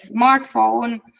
smartphone